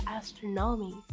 astronomy